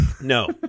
no